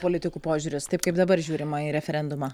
politikų požiūris taip kaip dabar žiūrima į referendumą